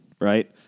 right